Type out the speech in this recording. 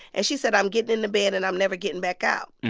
and she said, i'm getting into bed and i'm never getting back out.